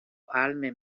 ahalmen